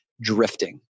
drifting